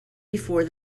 before